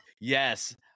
Yes